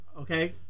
okay